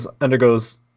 undergoes